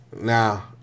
Now